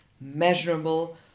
measurable